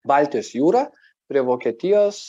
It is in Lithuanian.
baltijos jūrą prie vokietijos